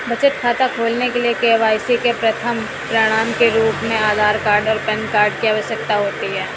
बचत खाता खोलने के लिए के.वाई.सी के प्रमाण के रूप में आधार और पैन कार्ड की आवश्यकता होती है